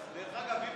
דרך אגב,